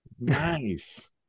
Nice